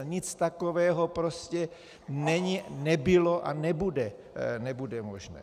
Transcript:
Nic takového prostě není, nebylo a nebude možné.